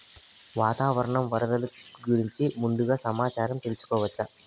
వాతావరణం వరదలు గురించి ముందుగా సమాచారం తెలుసుకోవచ్చా?